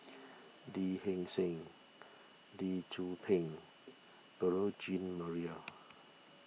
Lee Hee Seng Lee Tzu Pheng Beurel Jean Marie